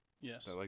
Yes